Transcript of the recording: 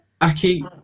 Aki